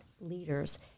leaders